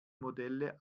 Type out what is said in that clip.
modelle